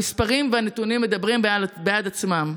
המספרים והנתונים מדברים בעד עצמם.